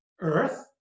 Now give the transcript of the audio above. earth